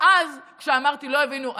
אז, כשאמרתי, לא הבינו.